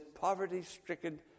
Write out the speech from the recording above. poverty-stricken